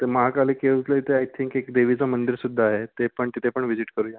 ते महाकाली केव्जला इथे आय थिंक एक देवीचं मंदिरसुद्धा आहे ते पण तिथे पण व्हिजिट करूया